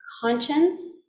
conscience